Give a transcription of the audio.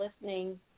listening